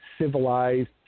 civilized